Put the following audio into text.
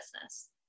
business